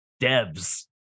devs